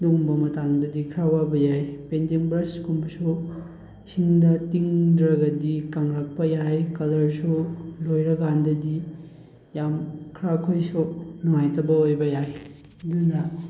ꯑꯗꯨꯒꯨꯝꯕ ꯃꯇꯥꯡꯗꯗꯤ ꯈꯔ ꯋꯥꯕ ꯌꯥꯏ ꯄꯦꯟꯇꯤꯡ ꯕ꯭ꯔꯁꯀꯨꯝꯕꯁꯨ ꯏꯁꯤꯡꯗ ꯇꯤꯡꯗ꯭ꯔꯒꯗꯤ ꯀꯪꯂꯛꯄ ꯌꯥꯏ ꯀꯂꯔꯁꯨ ꯂꯣꯏꯔ ꯀꯥꯟꯗꯗꯤ ꯌꯥꯝ ꯈꯔ ꯑꯩꯈꯣꯏꯁꯨ ꯅꯨꯡꯉꯥꯏꯇꯕ ꯑꯣꯏꯕ ꯌꯥꯏ ꯑꯗꯨꯅ